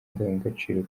ndangagaciro